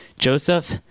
Joseph